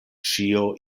ĉio